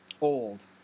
old